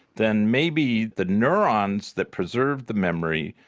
then maybe the neurons that preserve the memory,